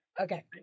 Okay